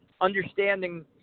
understanding